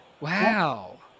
Wow